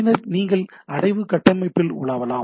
பின்னர் நீங்கள் அடைவு கட்டமைப்பில் உலாவலாம்